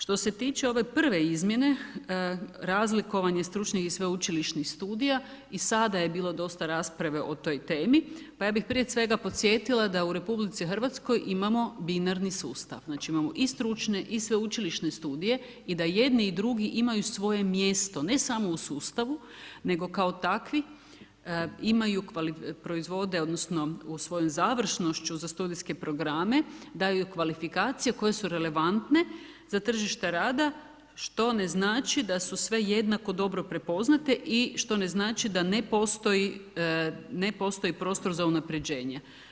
Što se tiče ove prve izmjene, razlikovanje stručnih i sveučilišnih studija i sada je bilo dosta rasprave o toj temi pa ja bih prije svega podsjetila da u RH imamo binarni sustav, znači imamo i stručne i sveučilišne studije i da i jedni i drugi imaj usvoje mjesto, ne samo u sustavu nego kao takvi imaju proizvode, odnosno, u svojoj završnošću za studijske programe daju kvalifikacije koje su relevantne za tržište rada, što ne znači da su sve jednako dobro prepoznate i što ne znači da ne postoji prostor za unapređenje.